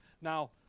Now